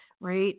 right